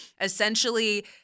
essentially